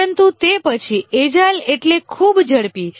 પરંતુ તે પછી એજાઇલ એટલે ખૂબ ઝડપી